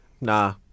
Nah